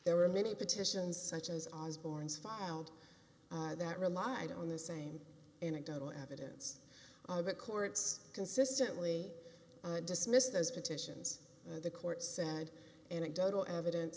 there were many petitions such as osborne's filed that relied on the same anecdotal evidence of the courts consistently dismissed those petitions the court said anecdotal evidence